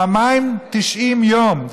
פעמיים 90 יום,